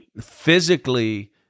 physically